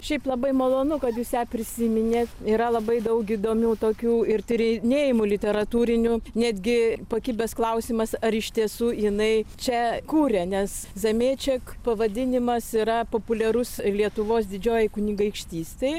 šiaip labai malonu kad jūs ją prisiminėt yra labai daug įdomių tokių ir tyrinėjimų literatūrinių netgi pakibęs klausimas ar iš tiesų jinai čia kūrė nes zemėček pavadinimas yra populiarus lietuvos didžiojoj kunigaikštystėj